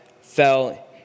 fell